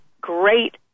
great